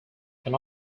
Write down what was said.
can